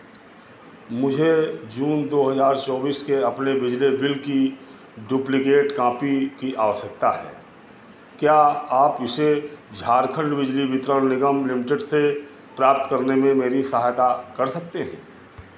मुझे जून दो हज़ार चौबीस के अपने बिजली बिल की डुप्लिकेट कांपी की आवश्यकता है क्या आप इसे झारखंड बिजली वितरण निगम लिमिटेड से प्राप्त करने में मेरी सहायता कर सकते हैं